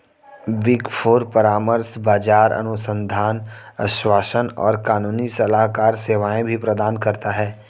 big four परामर्श, बाजार अनुसंधान, आश्वासन और कानूनी सलाहकार सेवाएं भी प्रदान करता है